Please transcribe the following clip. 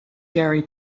garry